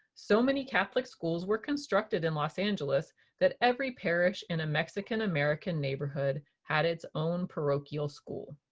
so many catholic schools were constructed in los angeles that every parish in a mexican american neighborhood had its own parochial school.